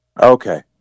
okay